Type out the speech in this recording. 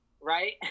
right